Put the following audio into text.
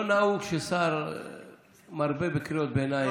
לא נהוג ששר מרבה בקריאות ביניים.